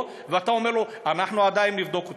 ואתה אומר לו: אנחנו עדיין נבדוק אותך.